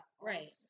Right